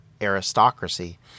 aristocracy